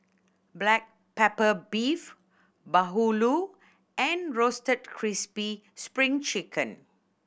black pepper beef bahulu and Roasted Crispy Spring Chicken